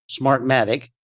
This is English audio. Smartmatic